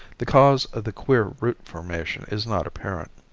the cause of the queer root formation is not apparent.